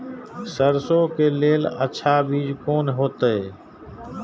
सरसों के लेल अच्छा बीज कोन होते?